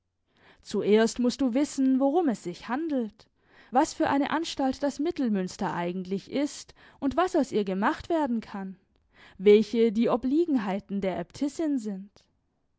zuerst mußt du wissen worum es sich handelt was für eine anstalt das mittelmünster eigentlich ist und was aus ihr gemacht werden kann welche die obliegenheiten der äbtissin sind